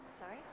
Sorry